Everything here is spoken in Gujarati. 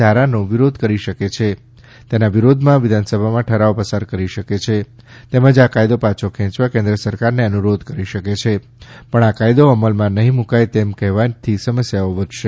ધારાનો વિરોધ કરી શકે છે તેના વિરોધમાં વિધાનસભામાં ઠરાવ પસાર કરી શકે છે તેમજ આ કાયદો પાછો ખેંચવા કેન્દ્ર સરકારને અનુરોધ કરી શકે છે પણ આ કાયદો અમલમાં નહીં મૂકાય તેમ કહેવાથી સમસ્યાઓ વધશે